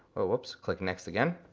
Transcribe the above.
oh oops, click next again,